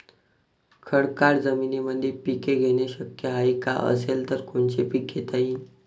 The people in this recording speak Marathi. खडकाळ जमीनीमंदी पिके घेणे शक्य हाये का? असेल तर कोनचे पीक घेता येईन?